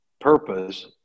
purpose